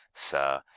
sir,